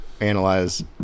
analyze